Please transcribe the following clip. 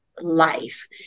life